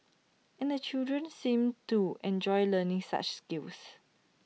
and the children seemed to enjoy learning such skills